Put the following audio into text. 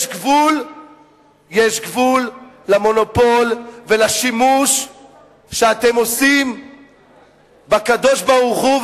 יש גבול למונופול ולשימוש שאתם עושים בקדוש-ברוך-הוא,